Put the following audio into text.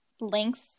links